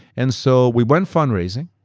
and so we went fundraising,